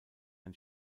ein